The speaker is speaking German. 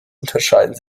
unterscheiden